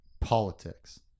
politics